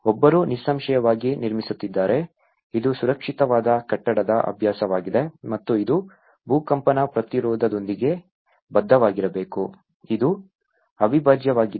ಒಬ್ಬರು ನಿಸ್ಸಂಶಯವಾಗಿ ನಿರ್ಮಿಸುತ್ತಿದ್ದಾರೆ ಇದು ಸುರಕ್ಷಿತವಾದ ಕಟ್ಟಡದ ಅಭ್ಯಾಸವಾಗಿದೆ ಮತ್ತು ಇದು ಭೂಕಂಪನ ಪ್ರತಿರೋಧದೊಂದಿಗೆ ಬದ್ಧವಾಗಿರಬೇಕು ಇದು ಅವಿಭಾಜ್ಯವಾಗಿದೆ